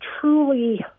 truly